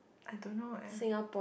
I don't know eh